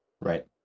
Right